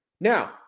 Now